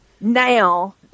now